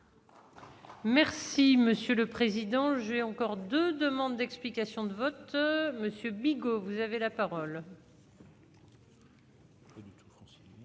Merci monsieur le président, j'ai encore 2 demandes d'explications de vote Monsieur Bigot, vous avez la parole. Et de tout sont